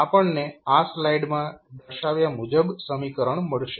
આપણને આ સ્લાઈડમાં દર્શાવ્યા મુજબ સમીકરણ મળશે